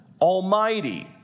almighty